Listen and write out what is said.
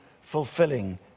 fulfilling